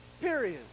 Period